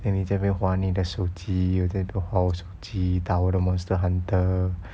then 你在那边玩你的手机有点多玩我手机打我的 monster hunter